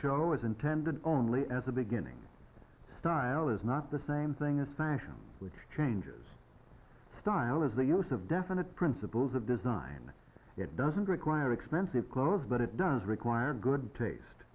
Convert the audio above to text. show is intended only as a beginning style is not the same thing as fashion which changes style as the use of definite principles of design it doesn't require expensive clothes but it does require good taste